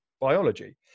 biology